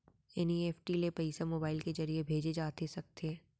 NEFT ले पइसा mobile के ज़रिए भेजे जाथे सकथे?